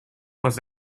was